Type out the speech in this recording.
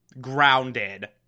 grounded